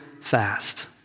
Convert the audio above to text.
fast